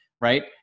right